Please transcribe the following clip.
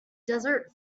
desert